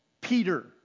Peter